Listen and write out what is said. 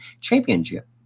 Championship